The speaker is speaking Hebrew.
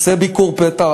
עושה ביקורי פתע,